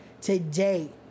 today